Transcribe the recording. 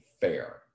fair